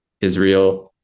Israel